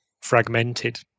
fragmented